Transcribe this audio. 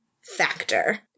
factor